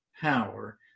power